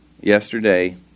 Yesterday